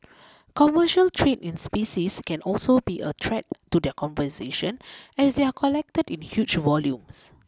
commercial trade in species can also be a threat to their conversation as they are collected in huge volumes